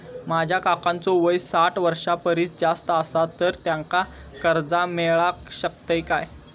माझ्या काकांचो वय साठ वर्षां परिस जास्त आसा तर त्यांका कर्जा मेळाक शकतय काय?